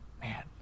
man